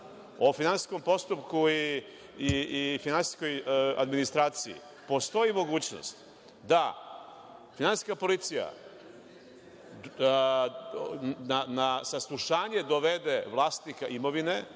o finansijskom postupku i finansijskoj administraciji, postoji mogućnost da finansijska policija na saslušanje dovede vlasnika imovine